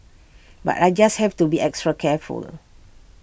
but I just have to be extra careful